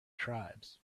tribes